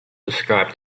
described